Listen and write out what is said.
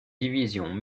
divisions